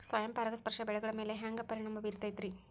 ಸ್ವಯಂ ಪರಾಗಸ್ಪರ್ಶ ಬೆಳೆಗಳ ಮ್ಯಾಲ ಹ್ಯಾಂಗ ಪರಿಣಾಮ ಬಿರ್ತೈತ್ರಿ?